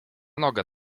nogę